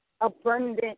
abundant